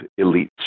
elites